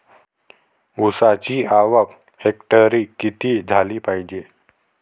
ऊसाची आवक हेक्टरी किती झाली पायजे?